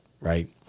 right